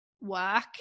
work